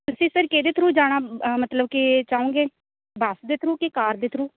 ਤਸੀਂ sir ਕਿਹਦੇ through ਜਾਣਾ ਮਤਲਬ ਕਿ ਚਾਹੋਗੇ ਬੱਸ ਦੇ ਥਰੂ ਕਿ ਕਾਰ ਦੇ ਥਰੂ